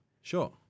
sure